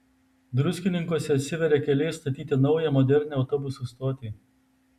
druskininkuose atsiveria keliai statyti naują modernią autobusų stotį